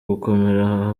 gukomera